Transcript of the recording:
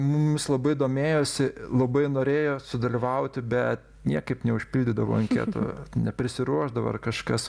mumis labai domėjosi labai norėjo sudalyvauti bet niekaip neužpildydavo anketų neprisiruošdavo ar kažkas